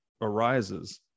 arises